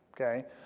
Okay